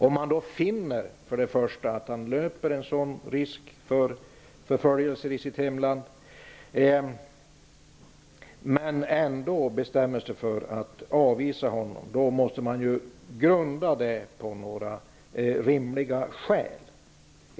Om man då finner att flyktingen löper en sådan risk för förföljelse i sitt hemland men ändå bestämmer sig för att avvisa honom, måste beslutet grundas på några rimliga skäl.